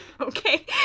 Okay